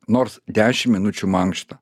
nors dešim minučių mankšta